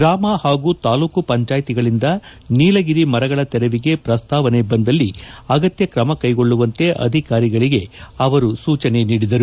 ಗ್ರಾಮ ಹಾಗೂ ತಾಲ್ಲೂಕು ಪಂಚಾಯಿತಗಳಿಂದ ನೀಲಗಿರಿ ಮರಗಳ ತೆರವಿಗೆ ಪ್ರಸ್ತಾವನೆ ಬಂದಲ್ಲಿ ಅಗತ್ಯ ಕ್ರಮ ಕೈಗೊಳ್ಳುವಂತೆ ಅಧಿಕಾರಿಗಳಿಗೆ ಅವರು ಸೂಚನೆ ನೀಡಿದರು